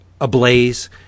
ablaze